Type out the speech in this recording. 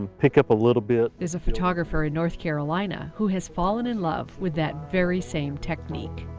pick up a little bit there's a photographer in north carolina who has fallen in love with that very same technique.